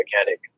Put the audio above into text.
mechanic